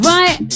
Right